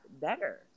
better